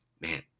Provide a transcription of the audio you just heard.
man